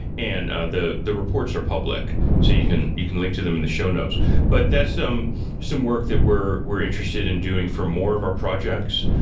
and ah the the reports are public, so you can you can link to them in the show notes but that's some some work that we're we're interested in doing for more of our projects.